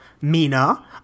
Mina